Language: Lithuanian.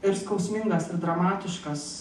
ir skausmingas ir dramatiškas